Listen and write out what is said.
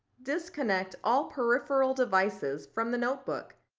disconnect all peripheral devices from the notebook,